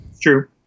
True